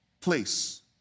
place